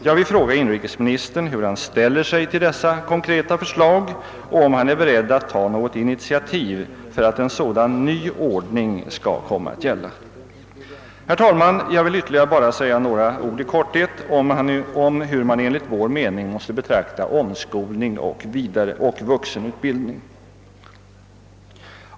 Jag vill fråga inrikesministern, hur han ställer sig till dessa konkreta förslag och om han är beredd att ta något initiativ för att en sådan ny ordning skall komma att gälla. Herr talman! Jag vill också säga några ord i korthet om hur man enligt vår mening måste betrakta omskolningen och vuxenutbildningen.